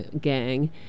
gang